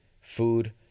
food